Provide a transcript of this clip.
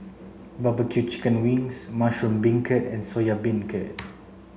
barbecue chicken wings mushroom beancurd and soya beancurd